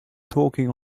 talking